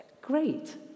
great